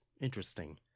interesting